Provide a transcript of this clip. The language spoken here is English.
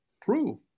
prove